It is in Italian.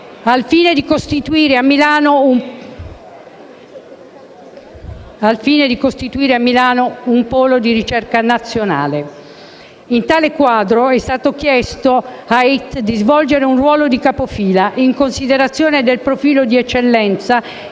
al fine di costituire a Milano un polo di ricerca internazionale. In tale quadro, è stato chiesto ad IIT di svolgere un ruolo di capofila, in considerazione del profilo di eccellenza